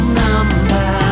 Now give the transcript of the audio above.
number